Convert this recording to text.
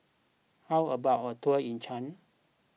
how about a tour in Chad